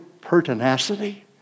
pertinacity